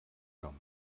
nom